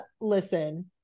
listen